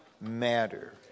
matter